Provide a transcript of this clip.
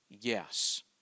yes